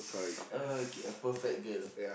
okay a perfect girl